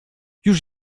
już